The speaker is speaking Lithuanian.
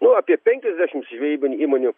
nu apie penkiasdešim žvejybinių įmonių